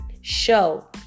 show